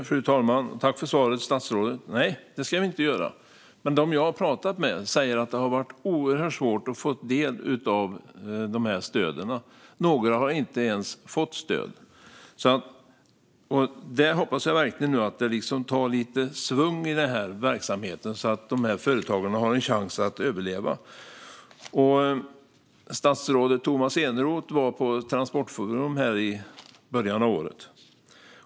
Fru talman! Jag tackar statsrådet för svaret. Nej, det ska vi inte göra. Men de jag har pratat med säger att det har varit oerhört svårt att få del av stöden. Några har inte ens fått stöd. Jag hoppas verkligen att det blir lite schvung i verksamheten, så att de här företagarna har en chans att överleva. Statsrådet Tomas Eneroth var på Transportforum i början av året.